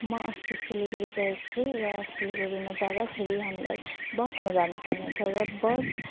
म अस्ति सिलगढी गएको थिएँ र सिलगढीमा जाँदाखेरि हामीलाई बसमा जानुपर्नेछ र बस